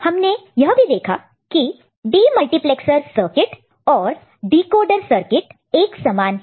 हमने यह भी देखा की डीमल्टीप्लैक्सर सर्किट और डिकोडर सर्किट एक समान है